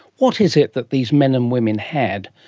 what is it that these men and women had?